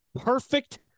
perfect